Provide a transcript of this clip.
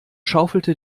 schaufelte